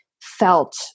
felt